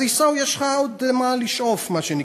אז, עיסאווי, יש לך עוד למה לשאוף, מה שנקרא.